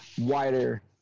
wider